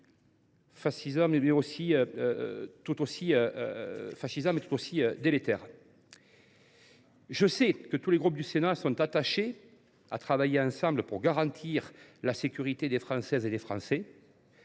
fascisants, tout aussi délétères. Je sais que tous les groupes du Sénat sont attachés à travailler ensemble pour garantir la sécurité des Françaises et des Français.